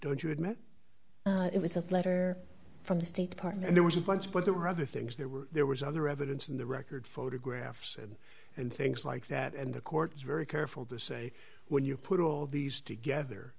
don't you admit it was a letter from the state department and it was a bunch but there were other things there were there was other evidence in the record photographs and and things like that and the court was very careful to say when you put all these together